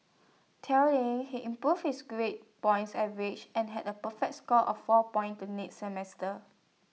tellingly he improved his grade points average and had A perfect score of four points the next semester